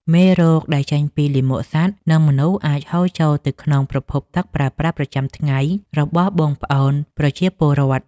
មេរោគដែលចេញពីលាមកសត្វ និងមនុស្សអាចហូរចូលទៅក្នុងប្រភពទឹកប្រើប្រាស់ប្រចាំថ្ងៃរបស់បងប្អូនប្រជាពលរដ្ឋ។